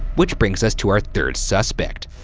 which brings us to our third suspect.